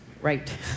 right